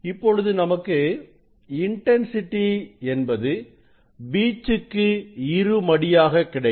இப்பொழுது நமக்கு இன்டன்சிட்டி என்பது வீச்சுக்கு இருமடியாக கிடைக்கும்